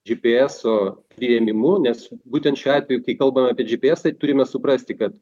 džy py eso priėmimu nes būtent šiuo atveju kai kalbame apie džy py esą turime suprasti kad